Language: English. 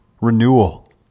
Renewal